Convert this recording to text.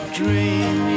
dream